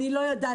אני לא ידעתי.